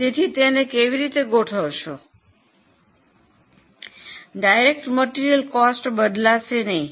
તેથી તેને કેવી રીતે ગોઠવશો પ્રત્યક્ષ માલ સામાન ખર્ચ બદલાશે નહીં